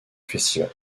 festival